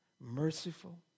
merciful